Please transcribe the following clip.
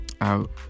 out